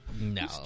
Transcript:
No